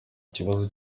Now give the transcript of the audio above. kibazo